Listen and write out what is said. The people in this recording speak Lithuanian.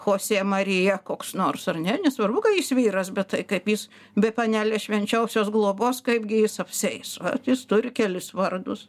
chosė marija koks nors ar ne nesvarbu kad jis vyras bet tai kaip jis be panelės švenčiausios globos kaipgi jis apsieis vat jis turi kelis vardus